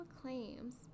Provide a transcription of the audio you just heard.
claims